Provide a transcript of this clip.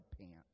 pants